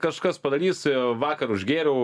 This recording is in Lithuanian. kažkas padarys vakar užgėriau